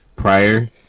prior